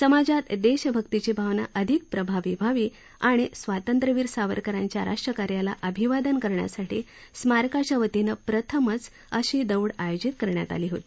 समाजात देशभक्तीची भावना अधिक प्रभावी व्हावी आणि स्वातंत्र्यवीर सावरकरांच्या राष्ट्रकार्याला अभिवादन करण्यासाठी स्मारकाच्या वतीनं प्रथमच अशी दौड आयोजित करण्यात आली होती